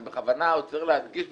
אני בכוונה עוצר להדגיש,